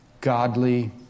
godly